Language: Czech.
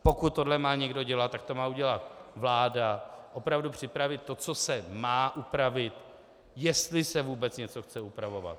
Pokud tohle má někdo dělat, tak to má udělat vláda, opravdu připravit to, co se má upravit, jestli se vůbec něco chce upravovat.